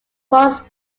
forms